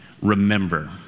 Remember